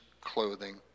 clothing